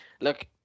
look